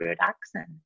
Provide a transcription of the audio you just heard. accent